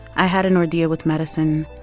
i had an ordeal with medicine.